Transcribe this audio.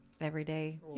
everyday